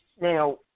Now